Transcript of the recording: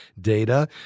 data